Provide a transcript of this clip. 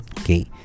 Okay